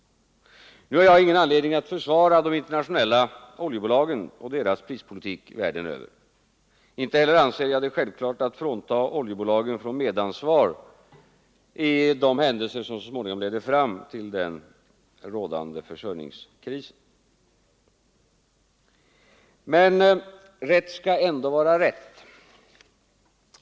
Nu har jag ingen anledning att försvara de internationella oljebolagen och deras prispolitik. Inte heller anser jag det självklart att frita oljebolagen från medansvar för de händelser som så småningom ledde fram till den rådande försörjningskrisen. Men rätt skall ändå vara rätt.